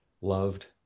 loved